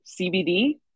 CBD